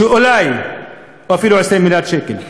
או אפילו 20 מיליארד שקל.